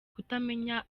kutamenya